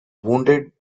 wounded